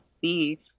see